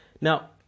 Now